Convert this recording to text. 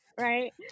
Right